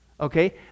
Okay